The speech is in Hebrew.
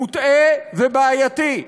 מוטעה ובעייתי.